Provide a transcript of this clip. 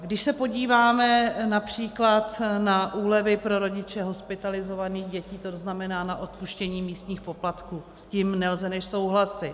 Když se podíváme například na úlevy pro rodiče hospitalizovaných dětí, to znamená na odpuštění místních poplatků, s tím nelze než souhlasit.